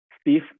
Steve